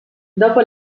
dopo